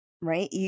Right